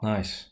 Nice